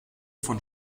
von